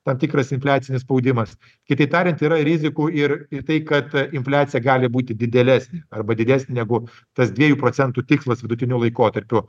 tam tikras infliacinis spaudimas kitaip tariant yra rizikų ir į tai kad a infliacija gali būti didelesnė arba didesnė negu tas dviejų procentų tikslas vidutiniu laikotarpiu